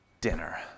dinner